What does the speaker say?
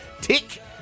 Tick